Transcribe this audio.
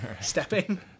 stepping